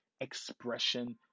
expression